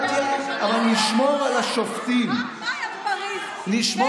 מה עשית בפריז תשע